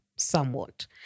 Somewhat